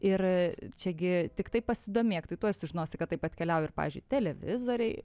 ir čiagi tiktai pasidomėk tai tuoj sužinosi kad taip atkeliauja ir pavyzdžiui televizoriai